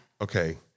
okay